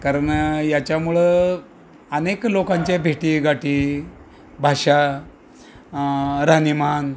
कारण याच्यामुळं अनेक लोकांच्या भेटीगाठी भाषा राहणीमान